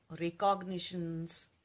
recognitions